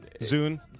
Zune